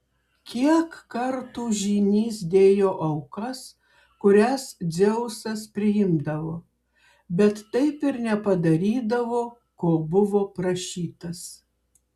kiek kartų žynys dėjo aukas kurias dzeusas priimdavo bet taip ir nepadarydavo ko buvo prašytas